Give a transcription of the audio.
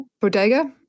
Bodega